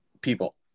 people